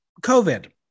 covid